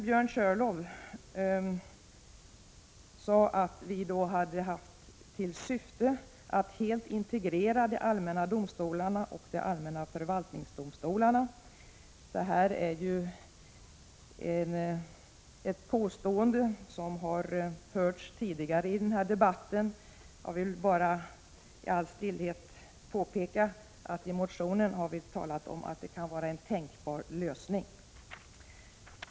Björn Körlof sade att vi hade haft till syfte att helt integrera de allmänna domstolarna och de allmänna förvaltningsdomstolarna. Det är ett påstående som har gjorts tidigare i den här debatten. Jag vill bara i all stillhet påpeka att vi i motionen har talat om att det kan vara en tänkbar lösning.